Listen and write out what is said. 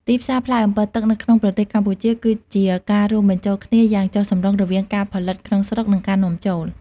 ទីផ្សារផ្លែអម្ពិលទឹកនៅក្នុងប្រទេសកម្ពុជាគឺជាការរួមបញ្ចូលគ្នាយ៉ាងចុះសម្រុងរវាងការផលិតក្នុងស្រុក និងការនាំចូល។